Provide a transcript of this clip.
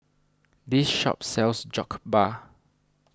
this shop sells Jokbal